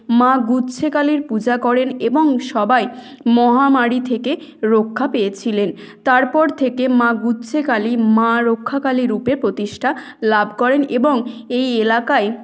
মা গুহ্য কালীর পূজা করেন এবং সবাই মহামারী থেকে রক্ষা পেয়েছিলেন তারপর থেকে মা গুহ্য কালী মা রক্ষাকালী রূপে প্রতিষ্ঠা লাভ করেন এবং এই এলাকায়